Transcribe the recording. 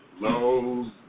lows